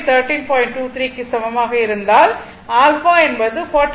23 க்கு சமமாக இருந்தால் α என்பது 40